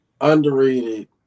underrated